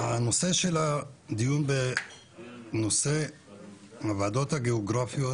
הנושא של הדיון בנושא הוועדות הגיאוגרפיות